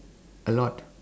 a lot